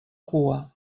cua